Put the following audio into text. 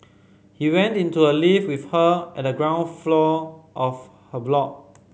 he went into a lift with her at the ground floor of her block